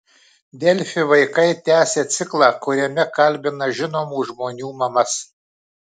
delfi vaikai tęsia ciklą kuriame kalbina žinomų žmonių mamas